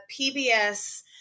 PBS